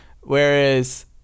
whereas